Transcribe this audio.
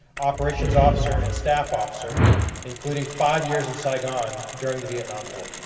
operations officer and staff officer including five years in saigon during the vietnam war.